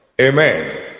Amen